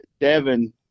Devin